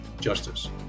justice